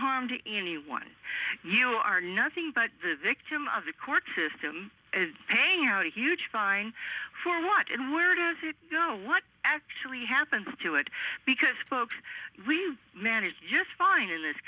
harm to anyone you are nothing but the victim of the court system paying out a huge fine for what and where does it know what actually happens to it because folks we manage just fine in this